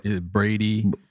Brady